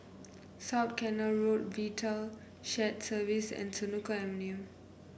South Canal Road Vital Shared Services and Senoko Avenue